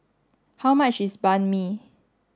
how much is Banh Mi